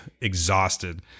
exhausted